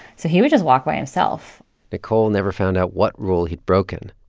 so he would just walk by himself nicole never found out what rule he'd broken.